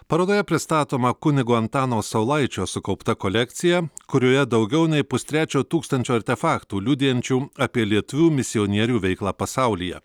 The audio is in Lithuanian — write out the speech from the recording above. parodoje pristatoma kunigo antano saulaičio sukaupta kolekcija kurioje daugiau nei pustrečio tūkstančio artefaktų liudijančių apie lietuvių misionierių veiklą pasaulyje